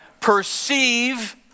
Perceive